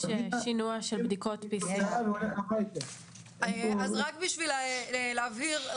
יש שינוע של בדיקות PCR. רק בשביל להבהיר,